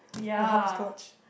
the hopscotch